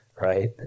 right